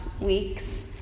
weeks